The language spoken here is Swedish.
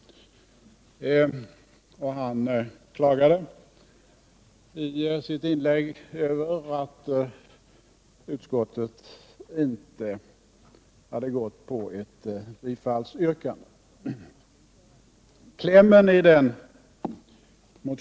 Han klagade i sitt inlägg över att utskottet inte tillstyrkt den.